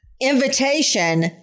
invitation